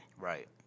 Right